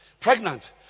Pregnant